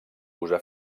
posà